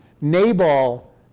Nabal